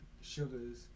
Sugars